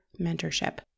mentorship